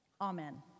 Amen